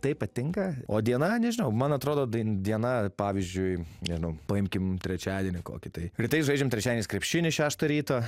taip patinka o diena nežinau man atrodo dai diena pavyzdžiui nežinau paimkim trečiadienį kokį tai rytais žaidžiam trečiadieniais krepšinį šeštą ryto